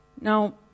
Now